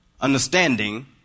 understanding